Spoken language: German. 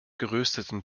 gerösteten